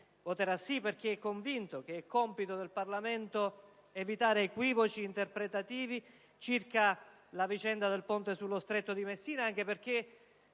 Voterà sì, perché è convinto che sia compito del Parlamento evitare equivoci interpretativi circa la vicenda del ponte sullo Stretto di Messina; anche perché;